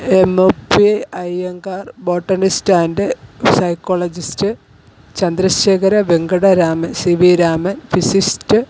M O P Iyengar botanist and psychologist Chandra Sekhara Venkata Raman C V Raman physicist